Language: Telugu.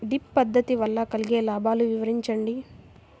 డ్రిప్ పద్దతి వల్ల కలిగే లాభాలు వివరించండి?